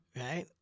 right